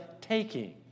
taking